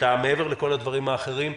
מעבר לכל הדברים האחרים,